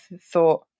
thought